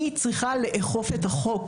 אני צריכה לאכוף את החוק.